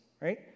right